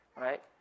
right